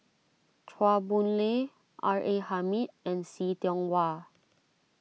Chua Boon Lay R A Hamid and See Tiong Wah